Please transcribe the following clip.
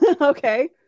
Okay